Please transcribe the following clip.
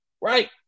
right